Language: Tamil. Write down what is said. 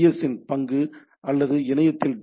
எஸ் இன் பங்கு அல்லது இணையத்தில் டி